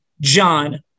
john